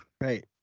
Right